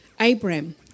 Abraham